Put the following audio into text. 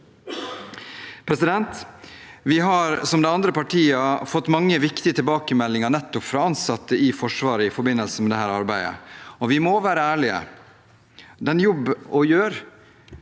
over. Vi har, som de andre partiene, fått mange viktige tilbakemeldinger fra ansatte i Forsvaret i forbindelse med dette arbeidet, og vi må være ærlige: Det er en jobb å gjøre